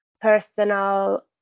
personal